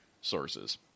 sources